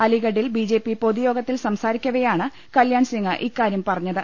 അലിഗഡിൽ BJP പൊതുയോഗത്തിൽ സംസാരിക്കവെയാണ് കല്യാൺ സിംഗ് ഇക്കാര്യം പറഞ്ഞത്